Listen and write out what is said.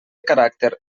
caràcter